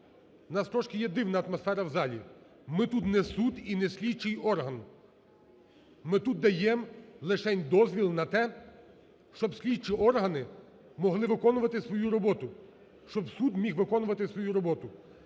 в нас трошки є дивна атмосфера у залі: ми тут не суд і не слідчий орган, ми тут даємо лишень дозвіл на те, щоб слідчі органи могли виконувати свою роботу, щоб суд міг виконувати свою роботу.